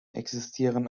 existieren